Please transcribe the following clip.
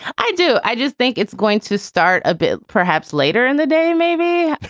i do. i just think it's going to start a bit perhaps later in the day, maybe.